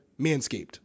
Manscaped